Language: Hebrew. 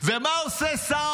ומה עושה שר